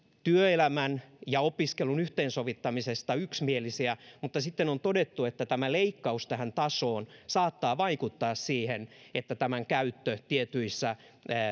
työelämän ja opiskelun yhteensovittamisesta mutta sitten on todettu että tämä leikkaus tähän tasoon saattaa vaikuttaa siihen että tämän käyttö tietyissä